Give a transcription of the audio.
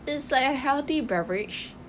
it's like a healthy beverage